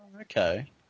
okay